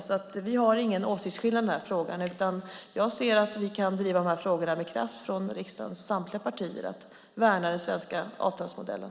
Vi har alltså inga åsiktsskillnader i detta, utan jag ser att vi från riksdagens samtliga partier kan driva dessa frågor med kraft och värna den svenska avtalsmodellen.